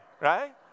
right